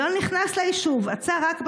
לא נכנס ליישוב, עצר רק בצומת,